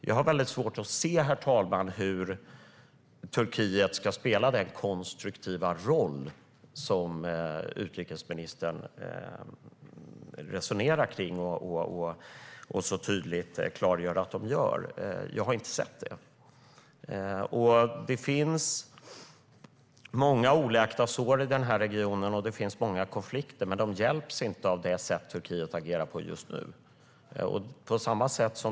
Jag har väldigt svårt att se, herr talman, hur Turkiet ska spela den konstruktiva roll som utrikesministern så tydligt klargör att de gör och resonerar kring. Jag har inte sett detta. Det finns många oläkta sår och konflikter i den här regionen, men de avhjälps inte genom det sätt som Turkiet agerar på just nu.